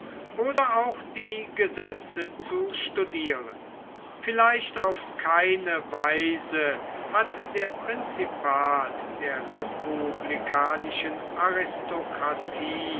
oder auch die gesetze zu studieren vielleicht auf keine weise hat der prinzipat der republikanischen aristokratie